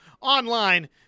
Online